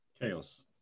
Chaos